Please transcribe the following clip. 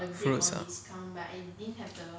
fruits ah